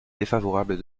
défavorable